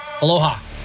Aloha